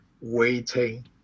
waiting